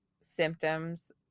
symptoms